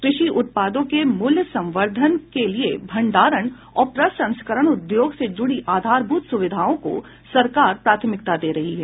कृषि उत्पादों के मूल्य संवर्द्धन के लिए भंडारण और प्रसंस्करण उद्योग से जुड़ी आधारभूत सुविधाओं को सरकार प्राथमिकता दे रही है